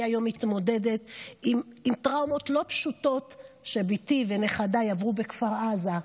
אני היום מתמודדת עם טראומות לא פשוטות שבתי ונכדיי עברו בכפר עזה.